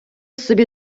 собі